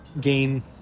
gain